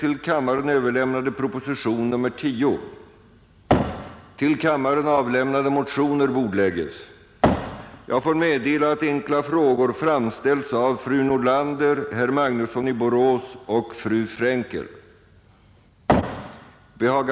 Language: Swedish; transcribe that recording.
2) Vill statsrådet medverka till att genom statens medverkan skapa möjligheter för företag, som arbetar med oljedestruktion, att erhålla förskotterad ersättning för sitt arbete i de fall där skaderegleringen genom försäkringsbolag blir fördröjd?